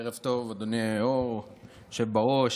ערב טוב, אדוני היושב בראש.